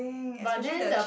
but then the